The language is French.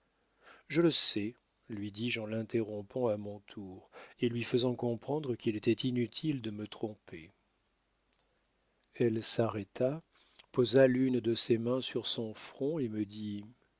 je le sais lui dis-je en l'interrompant à mon tour et lui faisant comprendre qu'il était inutile de me tromper elle s'arrêta posa l'une de ses mains sur son front et me dit